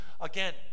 again